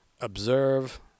Observe